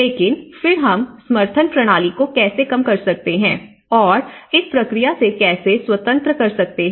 लेकिन फिर हम समर्थन प्रणाली को कैसे कम कर सकते हैं और इस प्रक्रिया से कैसे स्वतंत्र कर सकते हैं